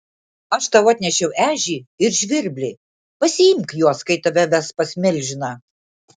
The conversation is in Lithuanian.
aš tau atnešiau ežį ir žvirblį pasiimk juos kai tave ves pas milžiną